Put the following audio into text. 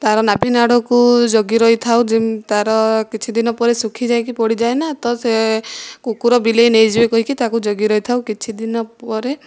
ତାର ନାଭିନାଡ଼କୁ ଜଗି ରହିଥାଉ ତା'ର କିଛି ଦିନ ପରେ ଶୁଖିଯାଇକି ପଡ଼ିଯାଏ ନା ତ ସେ କୁକୁର ବିଲେଇ ନେଇଯିବେ କହିକି ତାକୁ ଜଗିକି ରହିଥାଉ କିଛି ଦିନ ପରେ